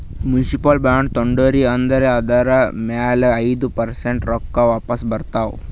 municipal bond ತೊಂಡಿರಿ ಅಂದುರ್ ಅದುರ್ ಮ್ಯಾಲ ಐಯ್ದ ಪರ್ಸೆಂಟ್ ರೊಕ್ಕಾ ವಾಪಿಸ್ ಬರ್ತಾವ್